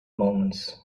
moments